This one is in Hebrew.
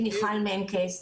יושבת איתי מיכל מנקס,